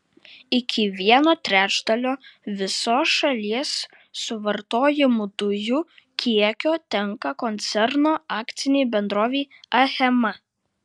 iki vieno trečdalio viso šalies suvartojamų dujų kiekio tenka koncerno akcinei bendrovei achema